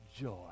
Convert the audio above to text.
joy